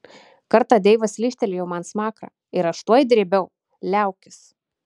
kartą deivas lyžtelėjo man smakrą ir aš tuoj drėbiau liaukis